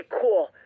cool